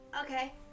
Okay